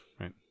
right